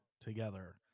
together